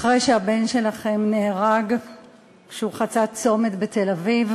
אחרי שהבן שלכם נהרג כשחצה צומת בתל-אביב.